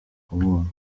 kumubona